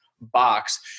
box